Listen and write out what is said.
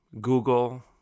Google